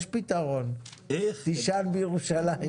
יש פתרון, תישן בירושלים.